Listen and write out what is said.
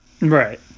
right